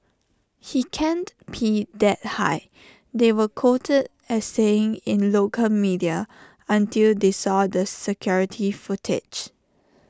he can't pee that high they were quoted as saying in local media until they saw the security footage